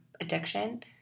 addiction